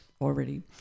already